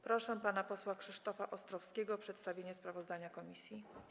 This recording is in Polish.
Proszę pana posła Krzysztofa Ostrowskiego o przedstawienie sprawozdania komisji.